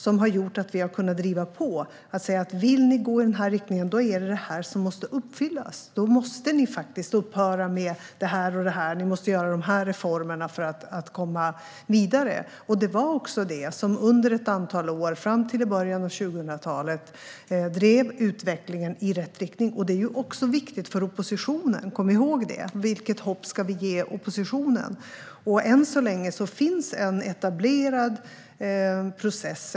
Det har gjort så att vi kunnat driva på och säga: "Om ni vill gå i den här riktningen måste det här uppfyllas. Då måste ni upphöra med det här och det här. Ni måste göra de här reformerna för att komma vidare." Det drev också utvecklingen i rätt riktning under ett antal år, fram till i början av 2000-talet. Det är också viktigt för oppositionen. Kom ihåg det! Vilket hopp ska vi ge oppositionen? Än så länge finns en etablerad process.